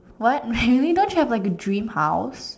what really don't you have like a dream house